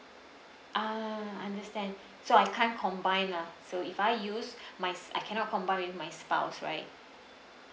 ah understand so I can't combine lah so if I use my I cannot combine with my spouse right